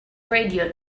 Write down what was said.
radio